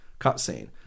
cutscene